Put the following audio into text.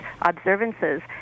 observances